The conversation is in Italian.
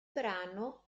brano